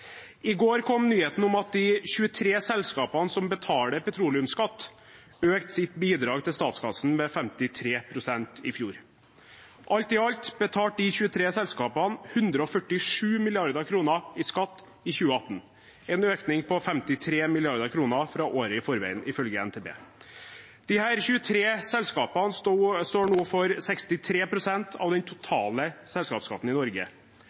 I går kom nyheten om at de 23 selskapene som betaler petroleumsskatt, økte sitt bidrag til statskassen med 53 pst. i fjor. Alt i alt betalte de 23 selskapene 147 mrd. kr i skatt i 2018, en økning på 53 mrd. kr fra året i forveien, ifølge NTB. Disse 23 selskapene står nå for 63 pst. av den totale selskapsskatten i Norge.